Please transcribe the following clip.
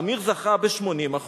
עמיר זכה ב-80%,